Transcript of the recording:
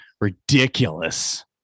ridiculous